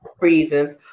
reasons